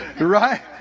right